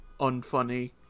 unfunny